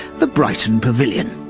the brighton pavillion.